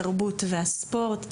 התרבות והספורט,